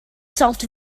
salt